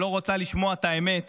שלא רוצה לשמוע את האמת,